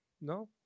No